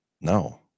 No